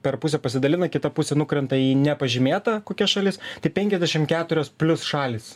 per pusę pasidalina kita pusė nukrenta į nepažymėta kokia šalis tai penkiasdešim keturios plius šalys